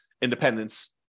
independence